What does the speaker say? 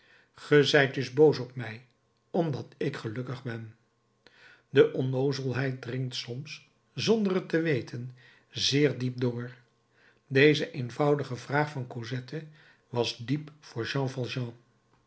zijt dus boos op mij omdat ik gelukkig ben de onnoozelheid dringt soms zonder het te weten zeer diep door deze eenvoudige vraag van cosette was diep voor